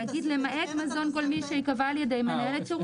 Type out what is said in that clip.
להגיד: למעט מזון גולמי שייקבע על ידי מנהלת שירות המזון,